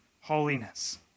holiness